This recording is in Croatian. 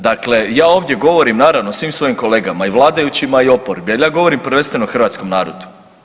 Dakle, ja ovdje govorim naravno svim svojim kolegama i vladajućima i oporbi, ali ja govorim prvenstveno hrvatskom narodu.